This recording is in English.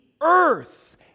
earth